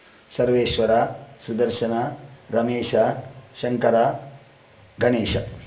सर्वेश्वरः सुदर्शनः रमेशः शङ्करः गणेशः